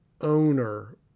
owner